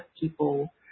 people